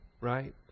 right